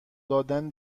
دادن